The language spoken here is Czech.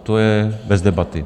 To je bez debaty.